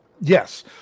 Yes